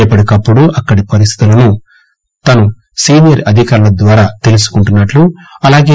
ఎప్పటికప్పుడు అక్కడి పరిస్దితులను సీనియర్ అధికారుల ద్వారా తెలుసుకుంటున్నట్లు అలాగే